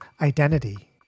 identity